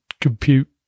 compute